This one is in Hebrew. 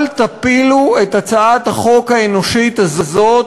אל תפילו את הצעת החוק האנושית הזאת